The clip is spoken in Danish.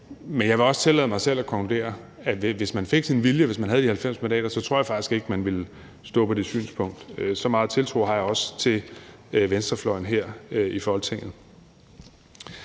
Men jeg vil også tillade mig selv at konkludere, at hvis man fik sin vilje og man havde de 90 mandater, så tror jeg faktisk ikke, at man ville stå på det synspunkt. Så meget tiltro har jeg også til venstrefløjen her i Folketinget.